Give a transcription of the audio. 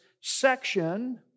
section